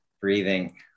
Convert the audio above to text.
breathing